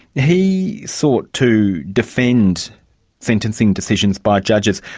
he sought to defend sentencing decisions by judges.